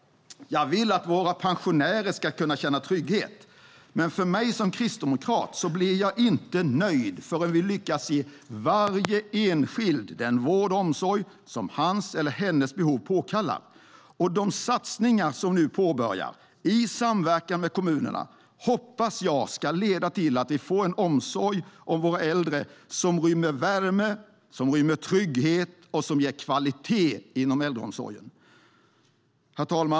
Jag vill att våra pensionärer ska kunna känna trygghet, men för mig som kristdemokrat blir jag inte nöjd förrän vi lyckas ge varje enskild person den vård och omsorg som hans eller hennes behov påkallar. De satsningar som vi nu påbörjar i samverkan med kommunerna hoppas jag ska leda till att vi får en omsorg om våra äldre som rymmer värme, trygghet och kvalitet inom äldreomsorgen.